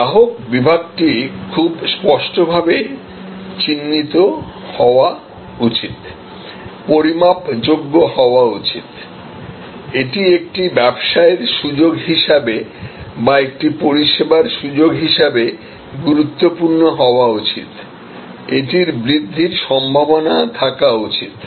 গ্রাহক বিভাগটি খুব স্পষ্টভাবে চিহ্নিত হওয়া উচিত পরিমাপযোগ্য হওয়া উচিত এটি একটি ব্যবসায়ের সুযোগ হিসাবে বা একটি পরিষেবার সুযোগ হিসাবে গুরুত্বপূর্ণ হওয়া উচিত এটির বৃদ্ধির সম্ভাবনা থাকা উচিত